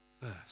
first